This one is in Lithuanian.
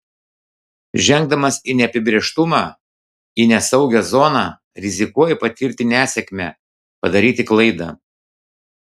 žengdamas į neapibrėžtumą į nesaugią zoną rizikuoji patirti nesėkmę padaryti klaidą